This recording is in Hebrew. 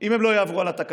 אם הם לא יעברו על התקנות.